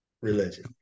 religion